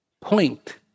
point